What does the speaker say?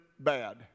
Bad